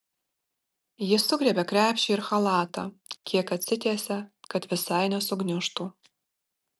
ji sugriebia krepšį ir chalatą kiek atsitiesia kad visai nesugniužtų